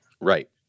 Right